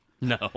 no